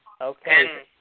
Okay